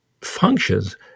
functions